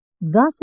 thus